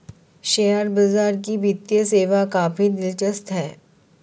share बाजार की वित्तीय सेवा काफी दिलचस्प है